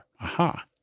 Aha